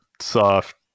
Soft